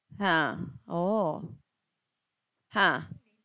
ha oh ha